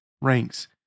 ranks